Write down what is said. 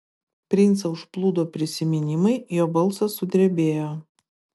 princą užplūdo prisiminimai jo balsas sudrebėjo